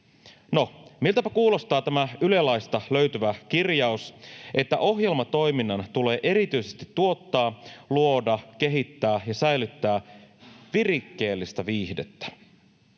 miltäpä kuulostaa tämä Yle-laista löytyvä kirjaus, että ohjelmatoiminnan tulee erityisesti tuottaa, luoda, kehittää ja säilyttää virikkeellistä viihdettä?